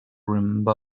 remember